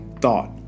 Thought